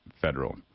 federal